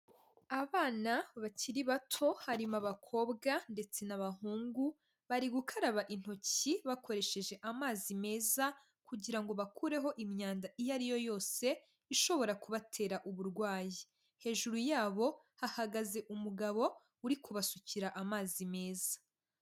Abana bakiri bato harimo abakobwa ndetse n'abahungu, bari gukaraba intoki bakoresheje amazi meza kugira ngo bakureho imyanda iyo ari yo yose ishobora kubatera uburwayi, hejuru yabo hahagaze umugabo uri kubasukira amazi meza.